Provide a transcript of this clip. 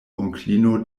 onklino